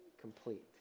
complete